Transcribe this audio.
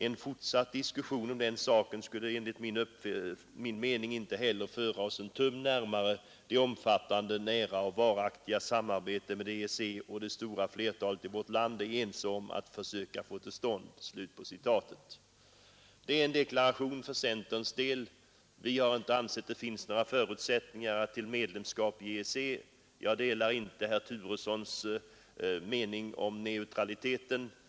En fortsatt diskussion om den saken skulle enligt min mening inte heller föra oss en tum närmare det omfattande, nära och varaktiga samarbete med EEC som det stora flertalet i vårt land är ense om att försöka få till stånd.” Det är en deklaration för centerns del. Vi har inte ansett att det finns några förutsättningar för medlemskap i EEC. Jag delar inte herr Turessons mening beträffande neutraliteten.